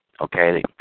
okay